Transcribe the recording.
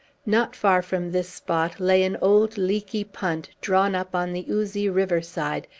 not far from this spot lay an old, leaky punt, drawn up on the oozy river-side,